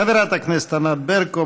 חברת הכנסת ענת ברקו,